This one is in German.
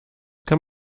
kann